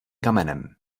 kamenem